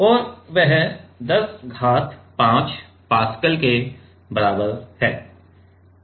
और वह 10 घात 5 पास्कल के बराबर है